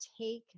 take